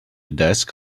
desk